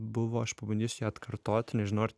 buvo aš pabandysiu ją atkartoti nežinau ar